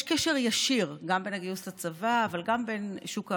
יש קשר ישיר בין הגיוס לצבא לבין שוק העבודה.